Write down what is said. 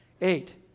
Eight